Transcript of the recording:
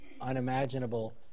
unimaginable